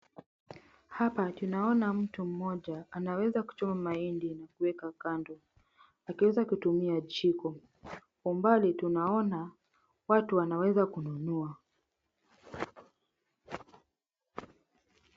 Hapa tunaona mtu mmoja anaweza kuchoma mahindi na kuweka kando akiweza kutumia jiko. Kwa mbali tunaona watu wanaweza kununua.